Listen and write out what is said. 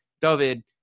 David